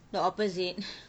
the opposite